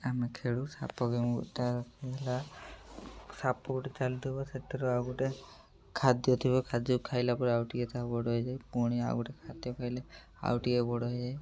ଆମେ ଖେଳୁ ସାପ ଗେମ୍ ତାହା ହେଲା ସାପ ଗୋଟେ ଚାଲିଥିବ ସେଥିରୁ ଆଉ ଗୋଟେ ଖାଦ୍ୟ ଥିବ ଖାଦ୍ୟକୁ ଖାଇଲା ପରେ ଆଉ ଟିକେ ତାକୁ ବଡ଼ ହେଇଯାଏ ପୁଣି ଆଉ ଗୋଟେ ଖାଦ୍ୟ ଖାଇଲେ ଆଉ ଟିକେ ବଡ଼ ହେଇଯାଏ